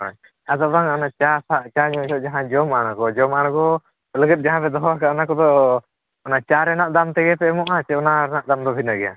ᱟᱪᱪᱷᱟ ᱟᱫᱚ ᱵᱟᱝ ᱚᱱᱟ ᱥᱟᱶᱛᱮ ᱪᱟ ᱧᱩ ᱡᱚᱦᱟᱜ ᱡᱟᱦᱟᱸ ᱡᱚᱢ ᱟᱬᱜᱚ ᱡᱚᱢ ᱟᱬᱜᱚ ᱞᱟᱹᱜᱤᱫ ᱡᱟᱦᱟᱸ ᱵᱤᱱ ᱫᱚᱦᱚ ᱠᱟᱜᱼᱟ ᱚᱱᱟ ᱠᱚᱫᱚ ᱚᱱᱟ ᱪᱟ ᱨᱮᱱᱟᱜ ᱫᱟᱢ ᱛᱮᱜᱮ ᱯᱮ ᱮᱢᱚᱜᱼᱟ ᱥᱮ ᱚᱱᱟ ᱨᱮᱱᱟᱜ ᱫᱟᱢ ᱫᱚ ᱵᱷᱤᱱᱟᱹ ᱜᱮᱭᱟ